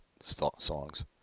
songs